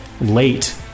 late